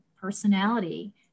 personality